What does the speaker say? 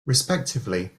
respectively